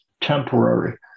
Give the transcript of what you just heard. temporary